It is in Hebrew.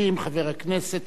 חברי הכנסת גאלב